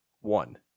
one